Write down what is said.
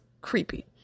creepy